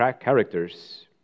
characters